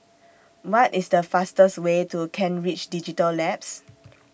What IS The fastest Way to Kent Ridge Digital Labs